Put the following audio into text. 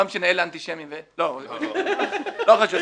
לא משנה, אלה אנטישמים ו לא, לא חשוב.